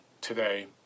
today